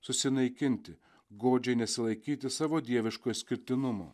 susinaikinti godžiai nesilaikyti savo dieviško išskirtinumo